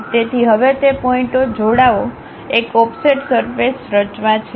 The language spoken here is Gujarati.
તેથી હવે તે પોઇન્ટઓ જોડાઓ એક ઓફસેટ સરફેસ રચવા છે